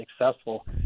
successful